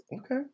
Okay